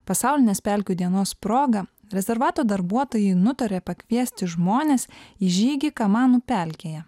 pasaulinės pelkių dienos proga rezervato darbuotojai nutarė pakviesti žmones į žygį kamanų pelkėje